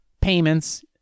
payments